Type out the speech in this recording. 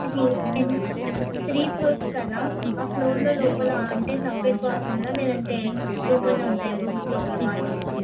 ఇది ten three floors కదా ఆ ఫ్లోర్లో లోపల అంటే సపరేట్ బాత్రూములా లేదంటే లోపలే ఉంటాయా రూమ్స్ లోపల బాత్రూమ్స్